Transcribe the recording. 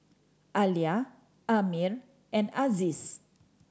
Alya Ammir and Aziz